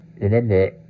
remember